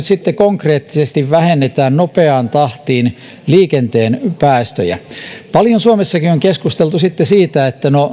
sitten konkreettisesti vähennetään nopeaan tahtiin liikenteen päästöjä paljon on suomessakin keskusteltu siitä että